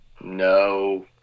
no